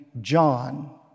John